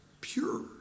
pure